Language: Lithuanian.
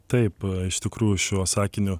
taip iš tikrųjų šiuo sakiniu